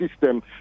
system